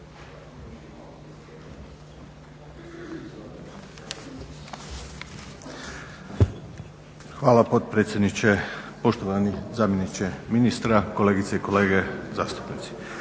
Hvala potpredsjedniče, poštovani zamjeniče ministra, kolegice i kolege zastupnici.